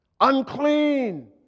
unclean